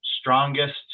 strongest